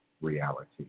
reality